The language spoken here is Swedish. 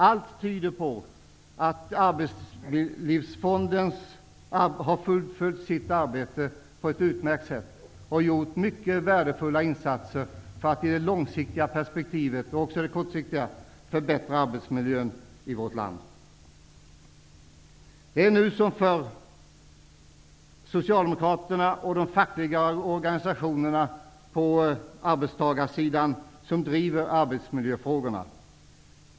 Allt tyder på att Arbetslivsfonden har fullföljt sitt arbete på ett utmärkt sätt och har gjort mycket värdefulla insatser för att i både det långsiktiga och det kortsiktiga perspektivet förbättra arbetsmiljön i vårt land. Det är nu som förr Socialdemokraterna och de fackliga organisationerna på arbetstagarsidan som driver arbetsmiljöfrågorna.